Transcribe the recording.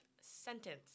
sentence